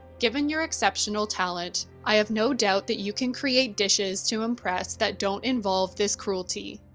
given your exceptional talent, i have no doubt that you can create dishes to impress that don't involve this cruelty.